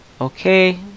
Okay